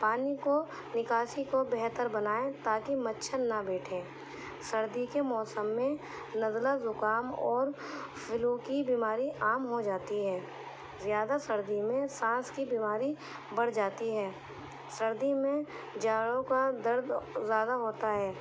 پانی کو نکاسی کو بہتر بنائیں تاکہ مچھر نہ بیٹھیں سردی کے موسم میں نزلہ زکام اور فلو کی بیماری عام ہو جاتی ہے زیادہ سردی میں سانس کی بیماری بڑھ جاتی ہے سردی میں جوڑوں کا درد زیادہ ہوتا ہے